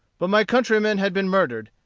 but my countrymen had been murdered,